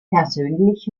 persönlich